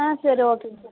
ஆ சரி ஓகேங்க சார்